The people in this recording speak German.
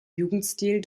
jugendstil